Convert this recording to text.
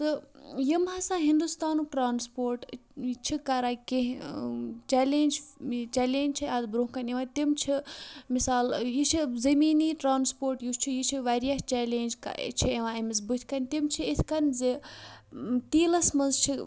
تہٕ یِم ہَسا ہِندوستانُک ٹرٛانسپوٹ چھِ کَران کینٛہہ چَلینٛج یہِ چَلینٛج چھِ اَتھ برونٛہہ کَنہِ یِوان تِم چھِ مِثال یہِ چھِ زٔمیٖنی ٹرٛانسپوٹ یُس چھِ یہِ چھِ واریاہ چَلینٛج چھِ یِوان أمِس بٔتھِ کَنۍ تِم چھِ اِتھ کٔنۍ زِ تیٖلَس منٛز چھِ